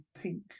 pink